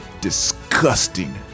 disgusting